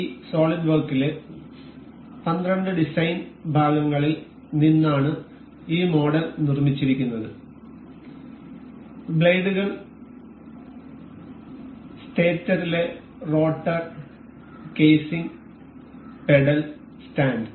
ഈ സോളിഡ് വർക്കിലെ 12 ഡിസൈൻ ഭാഗങ്ങളിൽ നിന്നാണ് ഈ മോഡൽ നിർമ്മിച്ചിരിക്കുന്നത് ബ്ലേഡുകൾ സ്റ്റേറ്ററിലെ റോട്ടർ കേസിംഗ് പെഡൽ സ്റ്റാൻഡ്